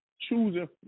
choosing